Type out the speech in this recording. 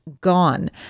gone